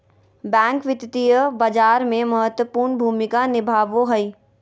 bank वित्तीय बाजार में महत्वपूर्ण भूमिका निभाबो हइ